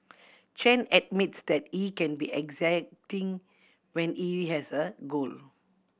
Chen admits that he can be exacting when he has a goal